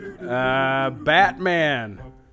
Batman